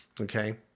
Okay